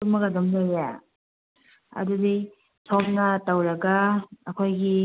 ꯇꯨꯝꯃꯒ ꯑꯗꯨꯝ ꯂꯩꯌꯦ ꯑꯗꯨꯗꯤ ꯁꯣꯝꯅ ꯇꯧꯔꯒ ꯑꯩꯈꯣꯏꯒꯤ